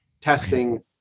testing